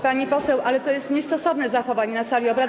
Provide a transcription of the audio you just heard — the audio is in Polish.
Pani poseł, to jest niestosowne zachowanie na sali obrad.